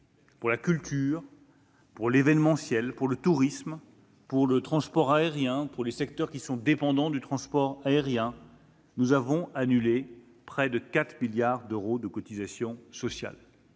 pour la culture, pour l'événementiel, pour le tourisme, pour le transport aérien et pour les secteurs qui sont dépendants du transport aérien, nous avons annulé près de 4 milliards d'euros de cotisations sociales.